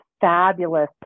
fabulous